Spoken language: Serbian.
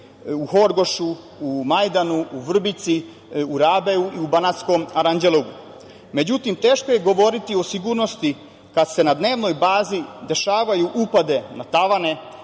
Horgošu, Majdanu, Vrbici, Rabeu i u Banatskom Aranđelovu.Međutim, teško je govoriti o sigurnosti kad se na dnevnoj bazi dešavaju upadi na tavane,